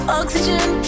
oxygen